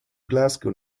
glasgow